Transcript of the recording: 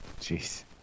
Jeez